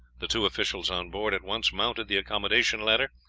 the two officials on board at once mounted the accommodation ladder,